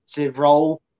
role